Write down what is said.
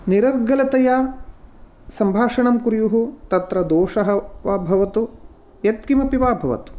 निरर्गलतया सम्भाषणं कुर्युः तत्र दोषः वा भवतु यत्किमपि वा भवतु